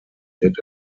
did